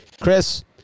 Chris